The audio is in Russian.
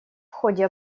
ходе